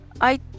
I